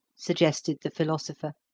suggested the philosopher.